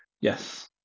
Yes